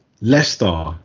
Leicester